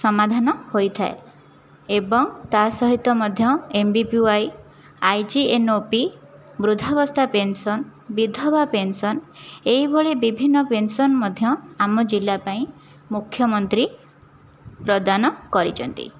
ସମାଧାନ ହୋଇଥାଏ ଏବଂ ତା'ସହିତ ମଧ୍ୟ M B P Y I G N O P ବୃଦ୍ଧାବସ୍ଥା ପେନ୍ସନ୍ ବିଧବା ପେନ୍ସନ୍ ଏହିଭଳି ବିଭିନ୍ନ ପେନ୍ସନ୍ ମଧ୍ୟ ଆମ ଜିଲ୍ଲା ପାଇଁ ମୁଖ୍ୟମନ୍ତ୍ରୀ ପ୍ରଦାନ କରିଛନ୍ତି